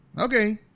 Okay